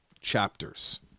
chapters